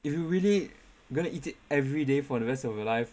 if you really going to eat it every day for the rest of your life